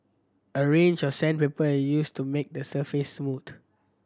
a range of sandpaper is used to make the surface smooth